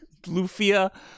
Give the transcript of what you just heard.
Lufia